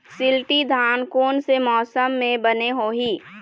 शिल्टी धान कोन से मौसम मे बने होही?